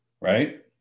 right